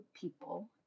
people